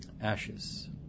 ashes